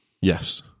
Yes